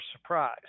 surprise